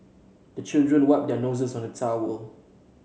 the children wipe their noses on the towel